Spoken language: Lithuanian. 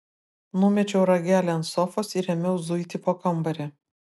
numečiau ragelį ant sofos ir ėmiau zuiti po kambarį